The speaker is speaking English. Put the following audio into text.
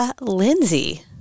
Lindsay